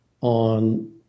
on